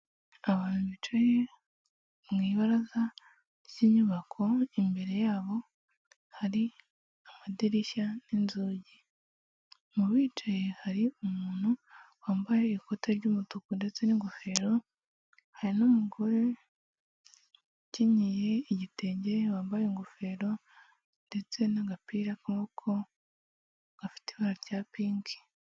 Abantu bicaye mu ibaraza ry'inyubako, imbere ya bo hari amadirishya n'inzugi. Mu bicaye, hari umuntu wambaye ikote ry'umutuku ndetse n'ingofero, hari n'umugore ukenyeye igitenge wambaye ingofero ndetse n'agapira k'amaboko gafite ibara rya pink.